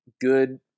good